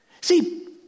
See